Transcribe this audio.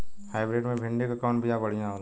Hybrid मे भिंडी क कवन बिया बढ़ियां होला?